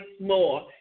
more